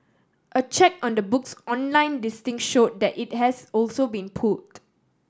a check on the book's online listing showed that it has also been pulled